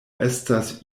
estas